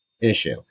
issue